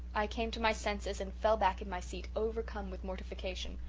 i came to my senses and fell back in my seat, overcome with mortification.